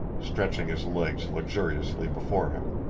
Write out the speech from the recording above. stretching his legs luxuriously before him.